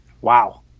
Wow